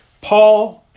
Paul